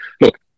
look